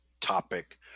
topic